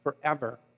forever